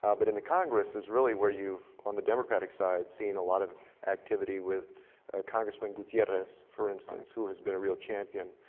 ah but in the congress is really where you, on the democratic side, have seen a lot of activity with congressman gutierrez, for instance, who has been a real champion,